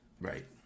right